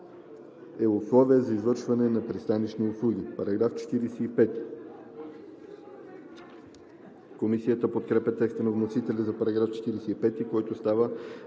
е условие за извършване на пристанищни услуги.“ Комисията подкрепя текста на вносителя за § 45, който става